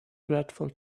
dreadful